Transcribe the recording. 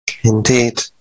Indeed